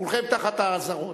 כולכם תחת האזהרות.